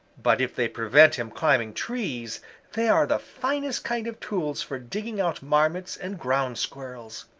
but if they prevent him climbing trees they are the finest kind of tools for digging out marmots and ground squirrels.